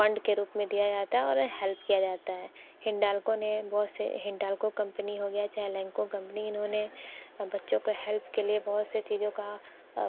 fund के रूप में दिया जाता हैं और हेल्प किया जाता हैं हिंडाल्को ने बहुत से हिंडाल्को कंपनी हो गया चाहे लेंको कंपनी इन्होंने बच्चों को हेल्प के लिए बहुत से चीज़ों का